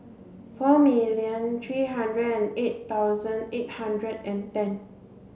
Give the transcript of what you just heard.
four million three hundred and eight thousand eight hundred and ten